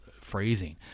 phrasing